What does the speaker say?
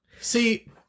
See